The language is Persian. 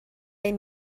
این